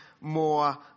more